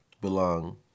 belong